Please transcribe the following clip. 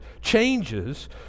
changes